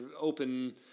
open